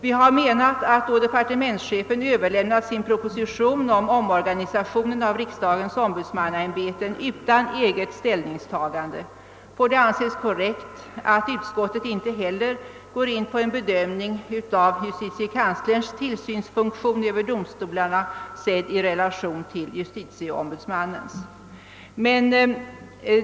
Vi har menat att då departementschefen överlämnat sin proposition om omorganisation av riksdagens ombudsmannaämbeten utan eget ställningstagande får det anses korrekt att utskottet inte heller går in på en bedömning av justitiekanslerns tillsynsfunktion över domstolarna sedd i relation till justitieombudsmannens.